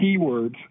keywords